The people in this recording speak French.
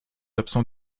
absent